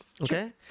okay